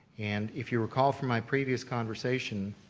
and if you recall from my previous conversation,